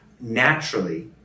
naturally